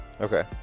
Okay